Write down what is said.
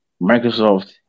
Microsoft